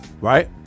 right